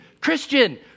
Christian